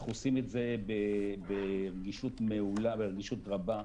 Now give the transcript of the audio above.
אנחנו עושים את זה ברגישות מעולה, ברגישות רבה,